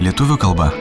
lietuvių kalba